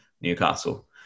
Newcastle